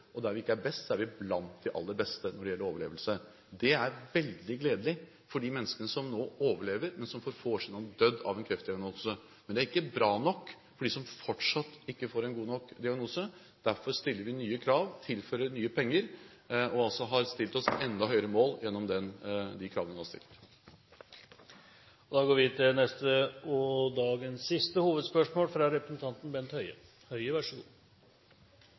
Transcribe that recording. og der vi ikke er best, er vi blant de aller beste når det gjelder overlevelse. Det er veldig gledelig for de menneskene som nå overlever, men som for få år siden ville ha dødd på grunn av en kreftdiagnose. Men det er ikke bra nok for dem som fortsatt ikke får en god nok diagnose. Derfor stiller vi nye krav, tilfører nye penger og har satt oss enda høyere mål gjennom de kravene vi har stilt. Da går vi til dagens siste hovedspørsmål. For Høyres del er vi ikke så